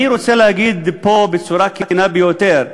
אני רוצה להגיד פה בצורה כנה ביותר,